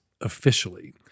officially